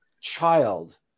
child